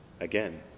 again